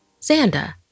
Xanda